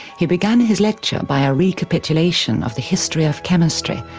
he began his lecture by a recapitulation of the history of chemistry,